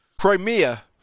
Crimea